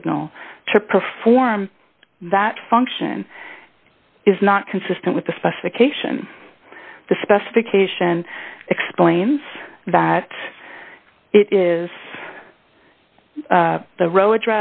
signal to perform that function is not consistent with the specification the specification explains that it is the ro